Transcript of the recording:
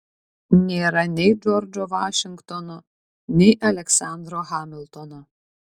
nėra nei džordžo vašingtono nei aleksandro hamiltono